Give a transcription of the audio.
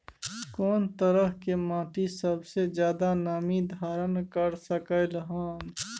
कोन तरह के माटी सबसे ज्यादा नमी धारण कर सकलय हन?